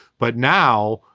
but now,